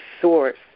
source